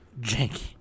Janky